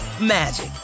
magic